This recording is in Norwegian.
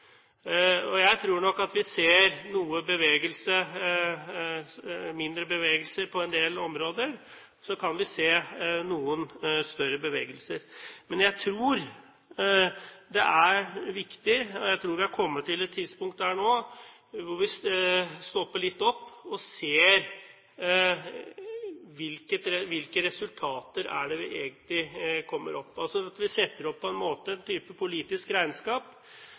Jeg tror nok at vi ser mindre bevegelser på en del områder, og så kan vi se noen større bevegelser. Men jeg tror det er viktig, og jeg tror vi har kommet til et tidspunkt nå, at vi stopper litt opp og ser hvilke resultater vi egentlig kommer opp med, altså at vi på en måte setter opp en type politisk regnskap